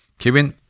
Kevin